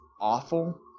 awful